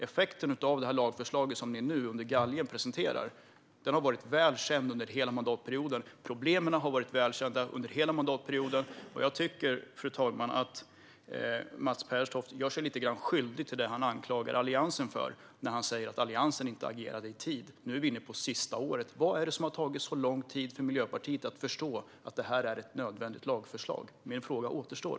Effekten av det lagförslag som ni nu under galgen presenterar har varit väl känd under hela mandatperioden. Problemen har varit väl kända under hela mandatperioden. Jag tycker, fru talman, att Mats Pertoft gör sig lite grann skyldig till det han anklagar Alliansen för när han säger att Alliansen inte agerade i tid. Nu är vi inne på sista året. Vad är det som har tagit så lång tid för Miljöpartiet när det gäller att förstå att detta är ett nödvändigt lagförslag? Min fråga kvarstår.